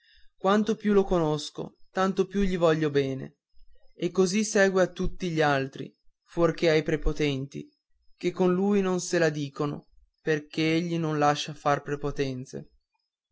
quanto più lo conosco tanto più gli voglio bene e così segue a tutti gli altri fuorché ai prepotenti che con lui non se la dicono perché egli non lascia far prepotenze